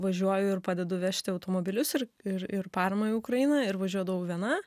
važiuoju ir padedu vežti automobilius ir ir ir paramą į ukrainą ir važiuodavau viena